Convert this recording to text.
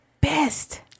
best